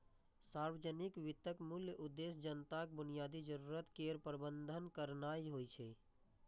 सार्वजनिक वित्तक मूल उद्देश्य जनताक बुनियादी जरूरत केर प्रबंध करनाय होइ छै